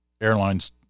Airlines